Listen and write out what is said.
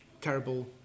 terrible